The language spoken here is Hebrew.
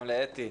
גם לאתי,